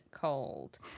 cold